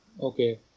okay